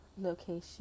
location